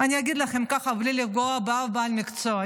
אני אגיד לכם ככה, בלי לפגוע באף איש מקצוע.